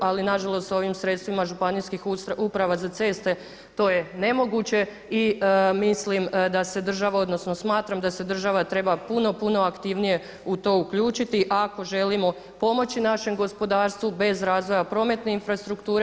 Ali na žalost ovim sredstvima Županijskih uprava za ceste to je nemoguće i mislim da se država, odnosno smatram da se država treba puno, puno aktivnije u to uključiti ako želimo pomoći našem gospodarstvu bez razvoja prometne infrastrukture.